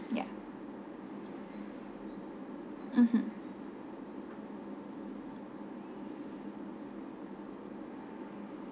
ya mmhmm